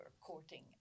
courting